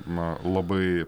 na labai